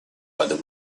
whether